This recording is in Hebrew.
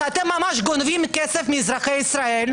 שאתם ממש גונבים כסף מאזרחי ישראל.